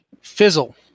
Fizzle